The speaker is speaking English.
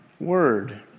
word